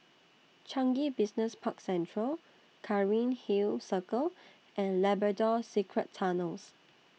Changi Business Park Central Cairnhill Circle and Labrador Secret Tunnels